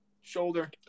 shoulder